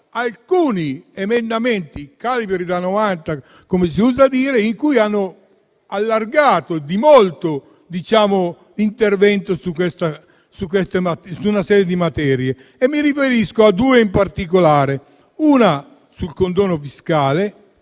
alcuni emendamenti "calibri da novanta", come si usa dire, che hanno allargato di molto l'intervento su una serie di materie. Mi riferisco a due in particolare: uno sul condono fiscale